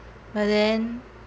but then